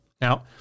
Now